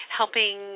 helping